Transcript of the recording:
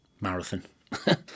marathon